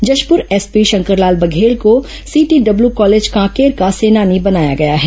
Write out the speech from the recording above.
Jashpur SP Shankarlal Baghel को CTW college Kanker का सेनानी बनाया गया है